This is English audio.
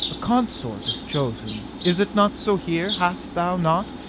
a consort is chosen. is it not so here? has thou not,